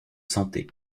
santé